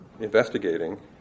investigating